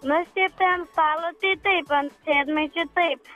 na šiaip tai ant stalo tai taip ant sėdmaišio taip